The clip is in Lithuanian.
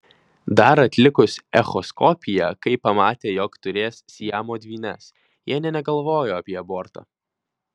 dar atlikus echoskopiją kai pamatė jog turės siamo dvynes jie nė negalvojo apie abortą